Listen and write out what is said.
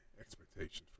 expectations